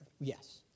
Yes